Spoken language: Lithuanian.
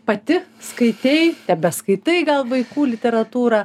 pati skaitei tebeskaitai gal vaikų literatūrą